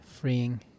Freeing